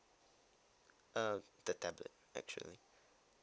uh the tablet actually